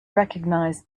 recognize